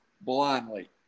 blindly